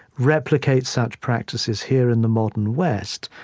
replicate such practices here in the modern west,